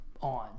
on